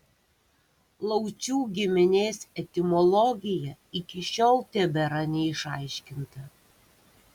laucių giminės etimologija iki šiol tebėra neišaiškinta